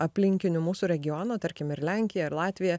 aplinkinių mūsų regiono tarkim ir lenkija ir latvija